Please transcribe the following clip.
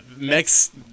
next